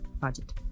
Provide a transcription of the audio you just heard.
budget